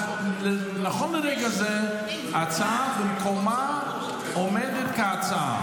נכון לרגע זה, ההצעה במקומה עומדת כהצעה.